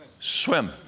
Swim